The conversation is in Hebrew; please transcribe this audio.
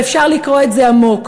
ואפשר לקרוא את זה עמוק.